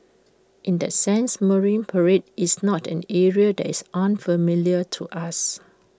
in that sense marine parade is not an area that is unfamiliar to us